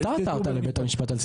אבל אתה עתרת לבית המשפט על סבירות.